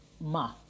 Ma